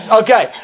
okay